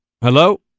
Hello